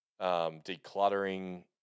decluttering